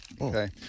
Okay